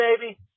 baby